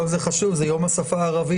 היום זה חשוב, זה יום השפה הערבית.